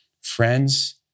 Friends